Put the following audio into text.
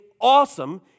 awesome